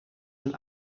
zijn